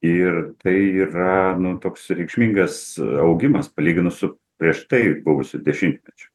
ir tai yra nu toks reikšmingas augimas palyginus su prieš tai buvusiu dešimtmečiu